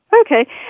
Okay